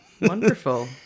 Wonderful